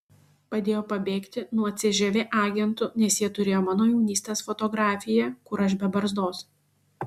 padėjo pabėgti nuo cžv agentų nes jie turėjo mano jaunystės fotografiją kur aš be barzdos